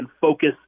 focus